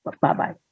Bye-bye